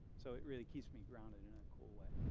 so it really keeps me grounded in a cool way.